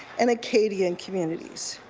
and acadian communities.